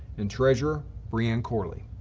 and treasurer, brianne corley.